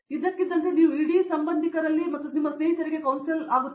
ಇದ್ದಕ್ಕಿದ್ದಂತೆ ನೀವು ಇಡೀ ಸಂಬಂಧಿಕರಿಗಾಗಿ ಮತ್ತು ನಿಮ್ಮ ಸ್ನೇಹಿತರಿಗೆ ಕೌನ್ಸಿಲ್ ಆಗುತ್ತೀರಿ